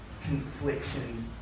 confliction